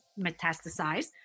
metastasize